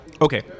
Okay